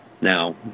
Now